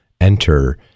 enter